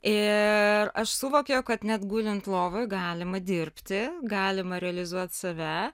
ir aš suvokiau kad net gulint lovoj galima dirbti galima realizuot save